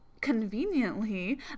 conveniently